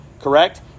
correct